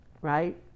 right